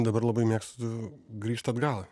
dabar labai mėgstu grįžt atgal